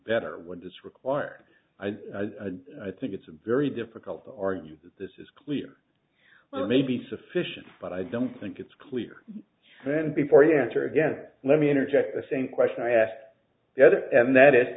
better what does require i think it's a very difficult to argue that this is clear well may be sufficient but i don't think it's clear then before you answer again let me interject the same question i asked the other and that is